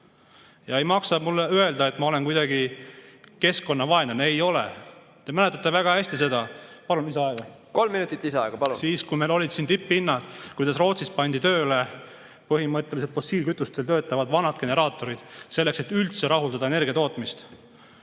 Ja ei maksa mulle öelda, et ma olen kuidagi keskkonnavaenlane. Ei ole! Te mäletate väga hästi seda ... Palun lisaaega. Kolm minutit lisaaega, palun! ... kui meil olid siin tipphinnad ja Rootsis pandi tööle põhimõtteliselt fossiilkütusel töötavad vanad generaatorid, selleks et rahuldada energia[vajadust].Minu